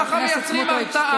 ככה מייצרים הרתעה,